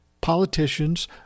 politicians